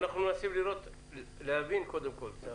אנחנו מנסים להבין את הדברים.